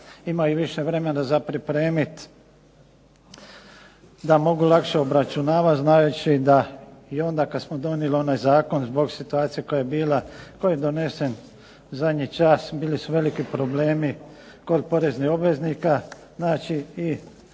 imaju više vremena za pripremiti, da mogu lakše obračunavati znajući da i onda kada smo donijeli onaj zakon zbog situacije koja je bila, koji je donesen zadnji čas, bili su veliki problemi kod poreznih obveznika.